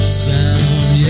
sound